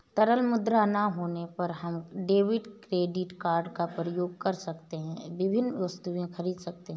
तरल मुद्रा ना होने पर हम डेबिट क्रेडिट कार्ड का प्रयोग कर हम विभिन्न वस्तुएँ खरीद सकते हैं